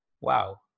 wow